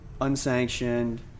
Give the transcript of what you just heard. unsanctioned